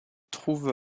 trouve